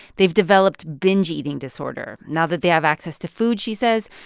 they've developed binge-eating disorder. now that they have access to food, she says,